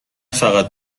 فقط